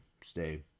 stay